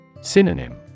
Synonym